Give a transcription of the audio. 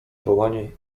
wołanie